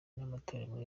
n’amatorero